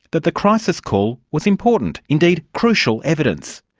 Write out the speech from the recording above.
that the crisis call was important. indeed, crucial evidence.